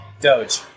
Doge